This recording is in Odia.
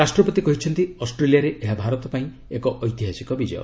ରାଷ୍ଟ୍ରପତି କହିଛନ୍ତି ଅଷ୍ଟ୍ରେଲିଆରେ ଏହା ଭାରତ ପାଇଁ ଏକ ଐତିହାସିକ ବିଜୟ